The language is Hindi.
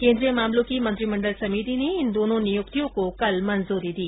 केन्द्रीय मामलों की मंत्रिमंडल की समिति ने इन दोनों नियुक्तियों को कल मंजूरी दी